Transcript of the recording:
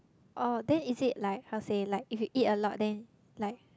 oh then is it like how to say like if you eat a lot then like